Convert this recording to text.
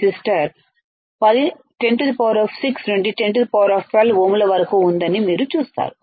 resistor 106 నుండి 1012 ఓంల వరకు ఉందని మీరు చూస్తారు